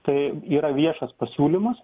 tai yra viešas pasiūlymas